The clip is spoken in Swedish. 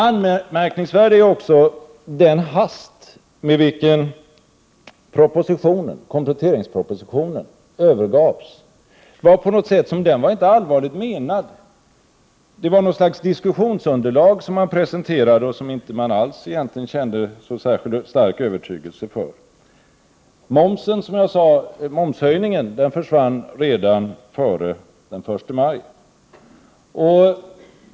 Anmärkningsvärd är också den hast med vilken kompletteringspropositionen övergavs. Det var på något sätt som att den inte var allvarligt menad. Det var något slags diskussionsunderlag som man presenterade men som man egentligen inte alls kände någon större övertygelse för. Momshöjningen, som jag sade, försvann redan före den 1 maj.